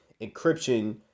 encryption